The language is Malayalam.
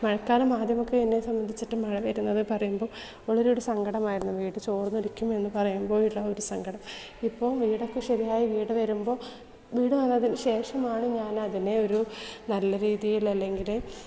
മഴക്കാലം ആദ്യമൊക്കെ എന്നെ സംബന്ധിച്ചിട്ട് മഴ വരുന്നത് പറയുമ്പോൾ ഉള്ളിലൊരു സങ്കടമായിരുന്നു വീട് ചോർന്നൊലിക്കും എന്ന് പറയുമ്പോഴുള്ള ആ ഒരു സങ്കടം ഇപ്പോൾ വീടൊക്കെ ശരിയായി വീട് വരുമ്പോൾ വീട് വന്നതിന് ശേഷമാണ് ഞാൻ അതിനെ ഒരു നല്ല രീതിയിൽ അല്ലെങ്കിൽ